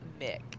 Mick